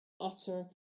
utter